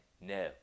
no